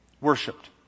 Worshipped